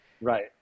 Right